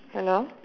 hello